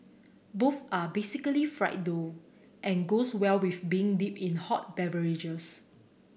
both are basically fried dough and goes well with being dipped in hot beverages